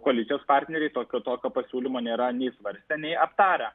koalicijos partneriai tokio tokio pasiūlymo nėra nei svarstę nei aptarę